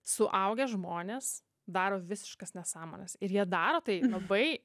suaugę žmonės daro visiškas nesąmones ir jie daro tai labai